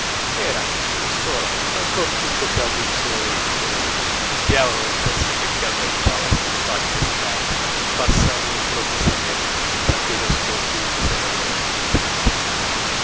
era in quest'ora ancor tutto caldo di sole il vicoletto il diavolo del terzo peccato alitava sulle facce sudate passando improvvisamente tra quello scoppio di